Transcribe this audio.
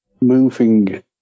moving